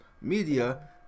media